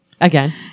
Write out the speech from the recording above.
Again